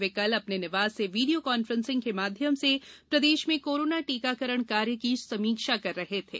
वे कल अपने निवास से वीडियो कॉन्फ्रेंसिंग के माध्यम से प्रदेश में कोरोना टीकाकरण कार्य की समीक्षा कर रहे थे